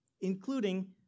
including